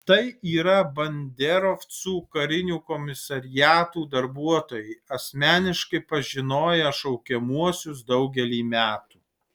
tai yra banderovcų karinių komisariatų darbuotojai asmeniškai pažinoję šaukiamuosius daugelį metų